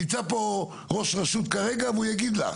נמצא פה ראש רשות כרגע והוא יגיד לך.